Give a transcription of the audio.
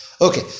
Okay